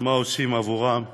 מה עושים עבורם אנחנו,